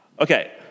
okay